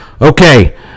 Okay